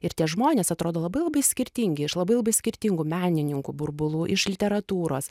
ir tie žmonės atrodo labai labai skirtingi iš labai labai skirtingų menininkų burbulų iš literatūros